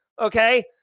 Okay